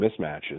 mismatches